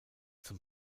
zum